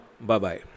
bye-bye